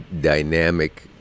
dynamic